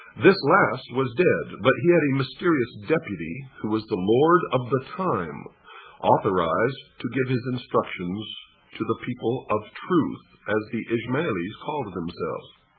this last was dead, but he had a mysterious deputy, who was the lord of the time authorized to give his instructions to the people of truth, as the ismailis called themselves.